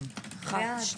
מי נגד?